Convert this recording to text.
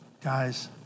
guys